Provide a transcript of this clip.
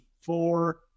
four